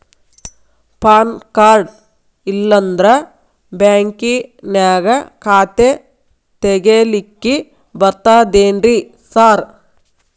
PAN card ಇಲ್ಲಂದ್ರ ಬ್ಯಾಂಕಿನ್ಯಾಗ ಖಾತೆ ತೆಗೆಲಿಕ್ಕಿ ಬರ್ತಾದೇನ್ರಿ ಸಾರ್?